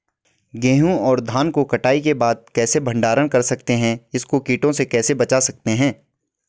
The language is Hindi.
गेहूँ और धान को कटाई के बाद कैसे भंडारण कर सकते हैं इसको कीटों से कैसे बचा सकते हैं?